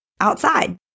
outside